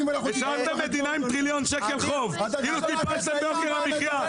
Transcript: השארתם מדינה עם טריליון שקל חוב בלי שאפילו טיפלת ביוקר המחיה,